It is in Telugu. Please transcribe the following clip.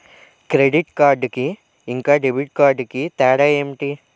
క్రెడిట్ కార్డ్ కి ఇంకా డెబిట్ కార్డ్ కి తేడా ఏంటి?